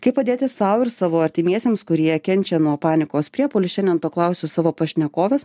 kaip padėti sau ir savo artimiesiems kurie kenčia nuo panikos priepuolių šiandien to klausiu savo pašnekovės